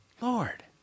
Lord